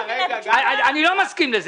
אני לא מסכים לזה.